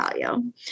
value